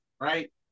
right